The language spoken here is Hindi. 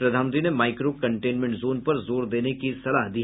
प्रधानमंत्री ने माइक्रो कंटेनमेंट जोन पर जोर देने की सलाह दी